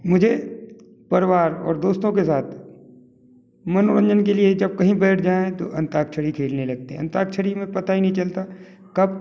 मुझे परिवार और दोस्तों के साथ मनोरंजन के लिए जब कहीं बैठ जाएं तो अंताक्षरी खेलने लगते हैं अंताक्षरी में पता ही नहीं चलता कब